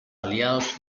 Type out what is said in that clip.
aliados